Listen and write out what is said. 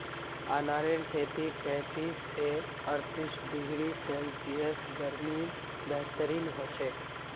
अनारेर खेती पैंतीस स अर्तीस डिग्री सेल्सियस गर्मीत बेहतरीन हछेक